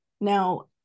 Now